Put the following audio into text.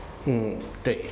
嗯对